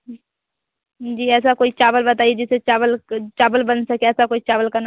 ह्म् जी ऐसा कोई चावल बताइए जिसे चावल चावल बन सके ऐसा कोई चावल का ना